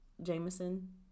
Jameson